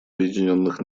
объединенных